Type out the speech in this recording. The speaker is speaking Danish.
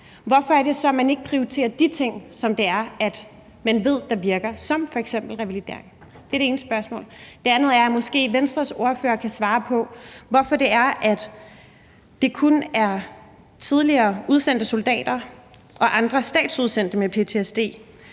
hvorfor er det så, at man ikke prioriterer de ting, altså dem, som man ved virker, som f.eks. revalidering? Det er det ene spørgsmål. Det andet spørgsmål er: Kan Venstres ordfører måske kan svare på, hvorfor det kun er tidligere udsendte soldater og andre statsudsendte med ptsd,